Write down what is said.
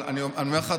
אבל אני אומר לך,